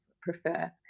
prefer